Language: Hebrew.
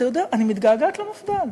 אתה יודע, אני מתגעגעת למפד"ל.